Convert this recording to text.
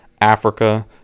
Africa